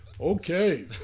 Okay